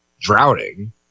drowning